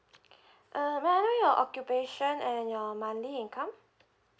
uh may I know your occupation and your monthly income